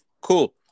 cool